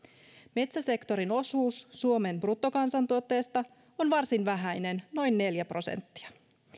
metsäsektorin osuus suomen bruttokansantuotteesta on varsin vähäinen noin neljä prosenttia